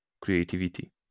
creativity